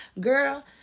Girl